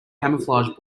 camouflage